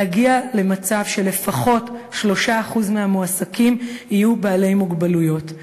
להגיע למצב שלפחות 3% מהמועסקים יהיו בעלי מוגבלויות.